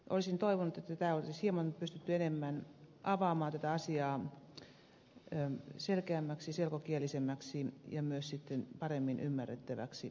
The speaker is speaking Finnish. olisin toivonut että tätä asiaa olisi pystytty hieman enemmän avaamaan selkeämmäksi selkokielisemmäksi ja myös sitten paremmin ymmärrettäväksi tekstiksi